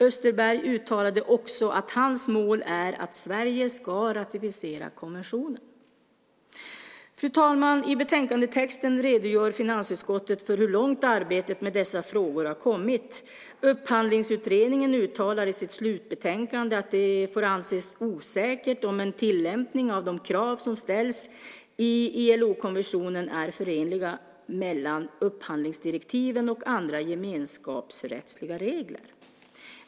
Österberg uttalade också att hans mål är att Sverige ska ratificera konventionen. Fru talman! I betänkandetexten redogör finansutskottet för hur långt arbetet med dessa frågor har kommit. Upphandlingsutredningen uttalar i sitt slutbetänkande att det får anses osäkert om en tillämpning av de krav som ställs i ILO-konventionen är förenliga mellan upphandlingsdirektiven och andra gemenskapsrättsliga regler.